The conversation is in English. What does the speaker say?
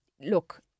look